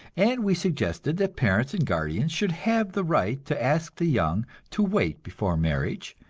and we suggested that parents and guardians should have the right to ask the young to wait before marriage,